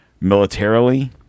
militarily